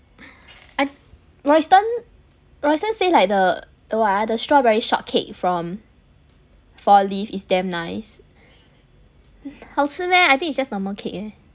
I roysten roysten say like the the what ah the strawberry shortcake from four leaves is damn nice 好吃 meh I think it's just normal cake leh